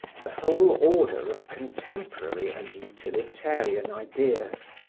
the whole order of contemporary and utilitarian ideas,